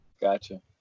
Gotcha